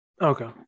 Okay